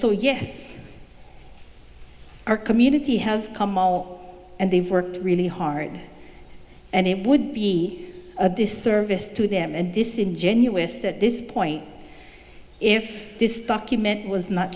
so yes our community has come all and they've worked really hard and it would be a disservice to them and disingenuous at this point if this document was not